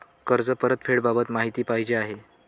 कर्ज परतफेडीबाबत माहिती पाहिजे आहे